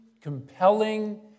compelling